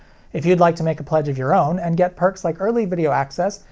if you'd like to make a pledge of your own and get perks like early video access,